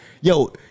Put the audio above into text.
Yo